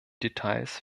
details